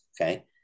Okay